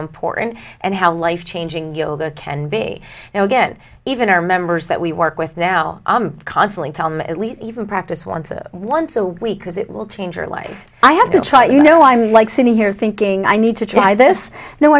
important and how life changing you can be and again even our members that we work with now constantly tell me at least even practice once or once a week because it will change your life i have to try you know i'm like sitting here thinking i need to try this no